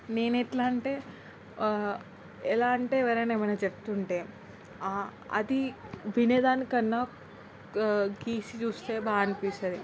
నేను ఎలా అంటే ఎలా అంటే ఎవరైనా ఏమైనా చెప్తూ ఉంటే అది వినేదానికన్నా గ గీసి చూస్తే బాగా అనిపిస్తుంది